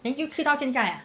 then 就吃到现在 ah